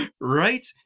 Right